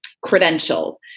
credential